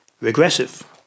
regressive